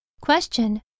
Question